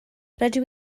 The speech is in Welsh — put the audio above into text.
rydw